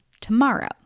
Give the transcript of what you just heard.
tomorrow